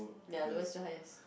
ya lowest to highest